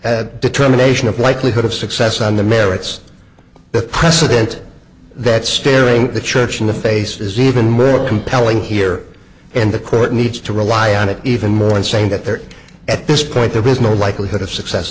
court's determination of likelihood of success on the merits of the president that staring the church in the face is even more compelling here and the court needs to rely on it even more in saying that there is at this point there is no likelihood of success